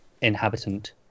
inhabitant